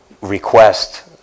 request